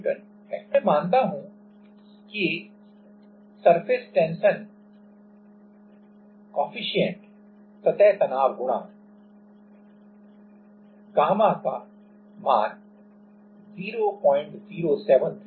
सतह तनाव गुणांक surface tension coefficient surface tension coefficient ऊपरी पृष्ठ तनाव बल ब्लॉक डूब जाएगा